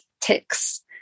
ticks